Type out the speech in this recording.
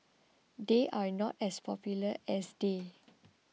they are not as popular as they